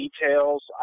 details